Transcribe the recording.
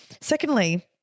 Secondly